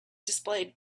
displayed